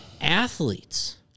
athletes